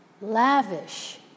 lavish